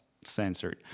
censored